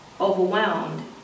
overwhelmed